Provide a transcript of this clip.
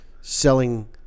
selling